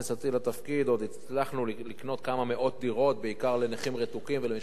עוד הצלחנו לקנות כמה מאות דירות בעיקר לנכים רתוקים ולמשפחות במצוקה,